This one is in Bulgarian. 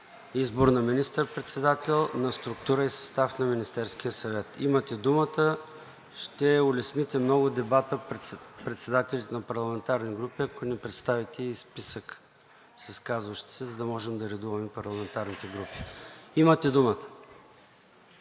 избор на министър-председател, на структура и състав на Министерския съвет. Имате думата, ще улесните много дебата, председателите на парламентарни групи, ако ни представите и списъка с изказващите се, за да можем да редуваме парламентарните групи. Имате думата.